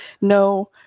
No